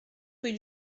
rue